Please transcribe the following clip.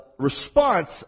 response